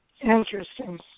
Interesting